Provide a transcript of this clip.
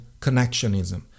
connectionism